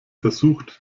versucht